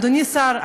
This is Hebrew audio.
אדוני השר,